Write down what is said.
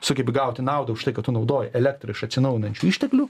sugebi gauti naudą už tai kad tu naudoji elektrą iš atsinaujinančių išteklių